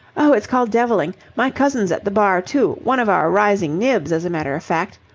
oh, it's called devilling. my cousin's at the bar, too one of our rising nibs, as a matter of fact.